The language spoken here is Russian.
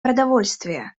продовольствия